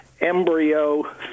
embryo